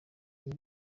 iyi